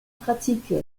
pratique